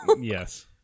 yes